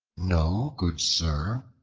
no, good sir,